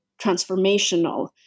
transformational